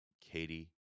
Katie